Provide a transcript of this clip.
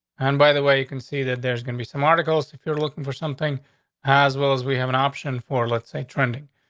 and by the way, you can see that there's gonna be some articles. if you're looking for something as well as we have an option for, let's say trending.